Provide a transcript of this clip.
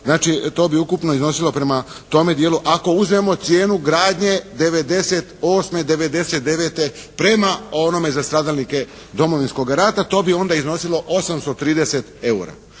znači to bi ukupno iznosilo prema tome dijelu ako uzmemo cijenu gradnje '98., '99. prema onome za stradalnike Domovinskog rata, to bi onda iznosilo 830 eura.